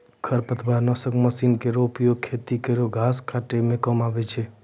खरपतवार नासक मसीन केरो उपयोग खेतो केरो घास काटै क काम आवै छै